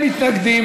מי נגד?